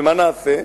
ומה נעשה,